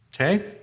Okay